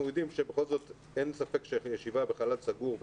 יודעים שבכל זאת אין ספק שישיבה בחלל סגור,